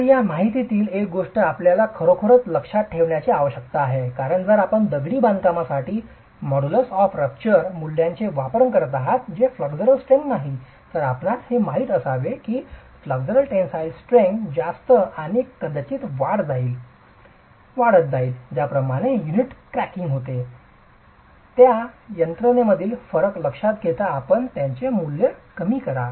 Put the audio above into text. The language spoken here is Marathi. तर या माहितीमधील एक गोष्ट आपल्याला खरोखर लक्षात ठेवण्याची आवश्यकता आहे कारण जर आपण दगडी बांधकाम साठी मोडुलस ऑफ रपचर मूल्याचे वापरत आहात जे फ्लेक्सरल स्ट्रेंग्थ नाही तर आपणास हे माहित असावे की फ्लेक्सरल टेनसाईल स्ट्रेंग्थ जास्त आणि कदाचित वाढत जाईल ज्या प्रकारे युनिट क्रॅकिंग होत आहे त्या यंत्रणेमधील फरक लक्षात घेता आपण त्याचे मूल्य कमी करा